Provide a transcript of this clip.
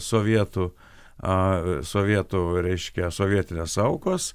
sovietų aa sovietų reiškia sovietinės aukos